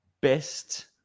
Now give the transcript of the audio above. best